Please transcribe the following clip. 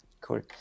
cool